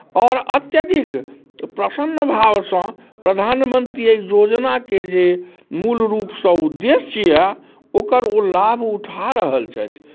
आओर अत्यधिक प्रसन्न भावसँ प्रधानमंत्री एहि योजनाके जे मूल रूपसँ उद्देश्य यए ओकर ओ लाभ उठा रहल छथि